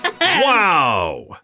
Wow